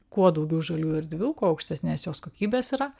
kuo daugiau žaliųjų erdvių kuo aukštesnės jo kokybės yra